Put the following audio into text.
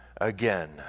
again